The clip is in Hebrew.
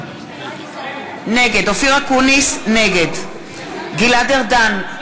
נגד גלעד ארדן,